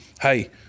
hey